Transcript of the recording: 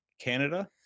Canada